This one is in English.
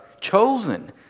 chosen